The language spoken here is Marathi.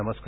नमस्कार